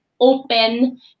open